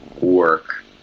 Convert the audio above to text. work